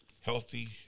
healthy